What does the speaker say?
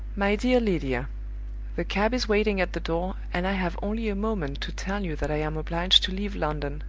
my dear lydia the cab is waiting at the door, and i have only a moment to tell you that i am obliged to leave london,